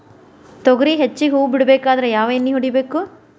ತೊಗರಿ ಹೆಚ್ಚಿಗಿ ಹೂವ ಬಿಡಬೇಕಾದ್ರ ಯಾವ ಎಣ್ಣಿ ಹೊಡಿಬೇಕು?